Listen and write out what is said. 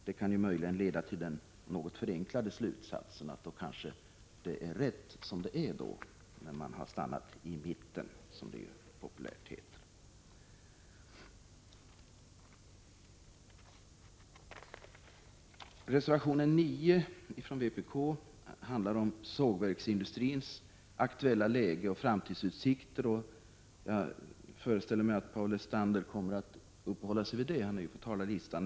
Det kan möjligen leda till den något förenklade slutsatsen att vi kanske har gjort rätt som har stannat i mitten, som det populärt heter. Reservation 9 från vpk handlar om sågverksindustrins aktuella läge och framtidsutsikter. Jag föreställer mig att Paul Lestander kommer att uppehålla sig vid den, eftersom han står på talarlistan.